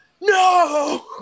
no